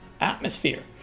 atmosphere